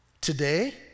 today